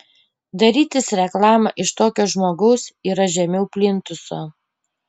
darytis reklamą iš tokio žmogaus yra žemiau plintuso